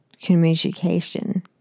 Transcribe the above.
communication